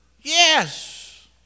Yes